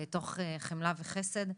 תוך חמלה וחסד.